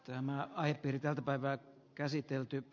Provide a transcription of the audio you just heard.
tämä aihepiiri tätä päivää käsitelty p